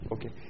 Okay